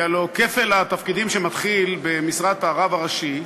כי הלוא כפל התפקידים שמתחיל במשרת הרב הראשי,